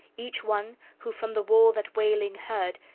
each one, who from the wall that wailing heard,